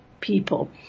people